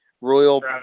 Royal